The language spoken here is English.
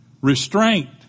restraint